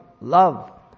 Love